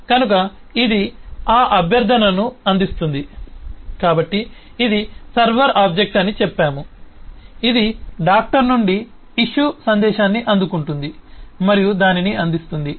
కనుక ఇది ఆ అభ్యర్థనను అందిస్తుంది కాబట్టి ఇది సర్వర్ ఆబ్జెక్ట్ అని చెప్పాము ఇది డాక్టర్ నుండి ఇష్యూ సందేశాన్ని అందుకుంటుంది మరియు దానిని అందిస్తుంది